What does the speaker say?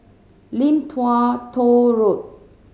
Lim Tua Tow Road